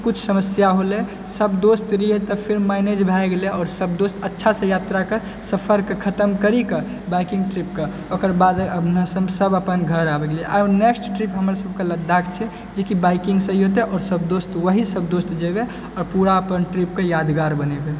कुछ समस्या होलै सब दोस्त रही तऽफेर मैनेज भए गेलइ और सब दोस्त अच्छासँ यात्रा कऽ सफर के खतम करिकऽ बाइकिंग ट्रिप के ओकर बाद सब अपन घर आबि गेली और नेक्स्ट ट्रिप हमर सबके लद्दाख छै जेकि बाइकिंग से ही होतै आओर सब दोस्त वही सब दोस्त जेबै आ पुरा अपन ट्रिपके यादगार बनेबै